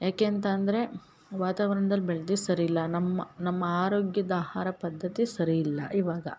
ಏಕೆ ಅಂತ ಅಂದರೆ ವಾತಾವರ್ಣ್ದಲ್ಲಿ ಬೆಳ್ದಿದ್ದು ಸರಿಯಿಲ್ಲ ನಮ್ಮ ನಮ್ಮ ಆರೋಗ್ಯದ ಆಹಾರ ಪದ್ದತಿ ಸರಿಯಿಲ್ಲ ಇವಾಗ